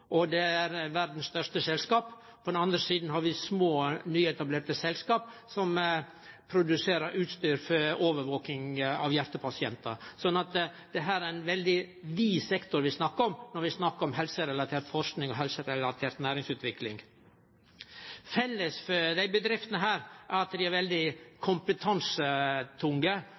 og det er verdas største selskap. På den andre sida har vi små, nyetablerte selskap, som produserer utstyr for overvaking av hjartepasientar. Så det er ein veldig vid sektor vi snakkar om når vi snakkar om helserelatert forsking og helserelatert næringsutvikling. Felles for desse bedriftene er at dei er veldig kompetansetunge.